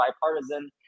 bipartisan